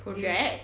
project